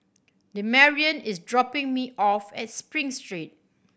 Demarion is dropping me off at Spring Street